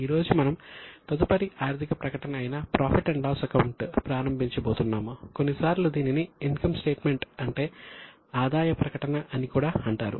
ఈ రోజు మనం తదుపరి ఆర్థిక ప్రకటన అయిన ప్రాఫిట్ అండ్ లాస్ అకౌంట్ అంటే ఆదాయ ప్రకటన అని కూడా అంటారు